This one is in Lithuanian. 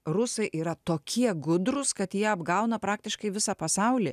rusai yra tokie gudrūs kad jie apgauna praktiškai visą pasaulį